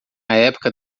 época